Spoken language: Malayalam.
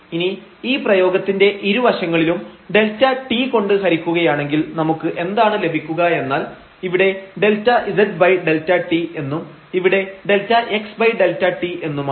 ഇനി ഈ പ്രയോഗത്തിന്റെ ഇരു വശങ്ങളിലും Δt കൊണ്ട് ഹരിക്കുകയാണെങ്കിൽ നമുക്ക് എന്താണ് ലഭിക്കുക എന്നാൽ ഇവിടെ ΔzΔt എന്നും ഇവിടെ ΔxΔt എന്നുമാണ്